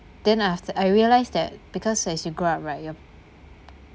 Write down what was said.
then I I realise that because as you grow up right yup